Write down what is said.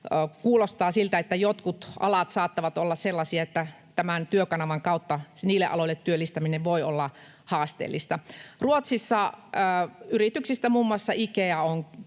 kuulostaa siltä, että jotkut alat saattavat olla sellaisia, että tämän Työkanavan kautta niille aloille työllistäminen voi olla haasteellista. Ruotsissa yrityksistä muun muassa Ikea on